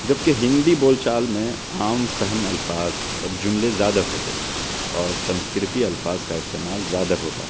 جبکہ ہندی بول چال میں عام فہم الفاظ اور جملے زیادہ ہوتے ہیں اور سنسکرت الفاظ کا استعمال زیادہ ہوتا ہے